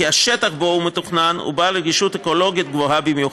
כי השטח שבו הוא מתוכנן הוא בעל רגישות אקולוגית גבוהה במיוחד.